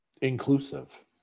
inclusive